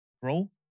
bro